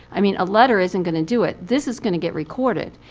i mean a letter isn't going to do it. this is going to get recorded.